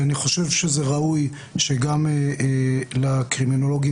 אני חושב שראוי שגם לקרימינולוגים